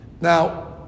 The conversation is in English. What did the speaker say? now